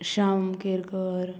Shyam Kerkar